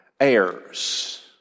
heirs